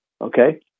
Okay